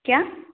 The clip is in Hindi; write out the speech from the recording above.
क्या